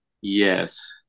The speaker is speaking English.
yes